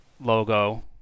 logo